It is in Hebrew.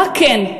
מה כן?